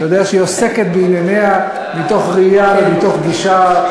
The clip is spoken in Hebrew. אתה יודע שהיא עוסקת בענייניה מתוך ראייה ומתוך גישה,